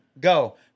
Go